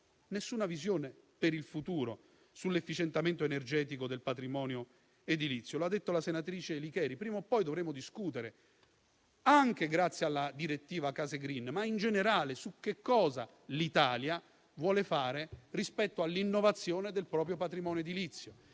alcuna visione per il futuro sull'efficientamento energetico del patrimonio edilizio. Come ha detto la senatrice Licheri, prima o poi dovremo discutere, anche grazie alla direttiva sulle case *green*, su cosa l'Italia vuole fare rispetto all'innovazione del proprio patrimonio edilizio